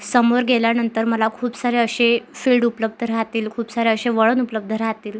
समोर गेल्यानंतर मला खूप सारे असे फील्ड उपलब्ध राहतील खूप सारे असे वळण उपलब्ध राहतील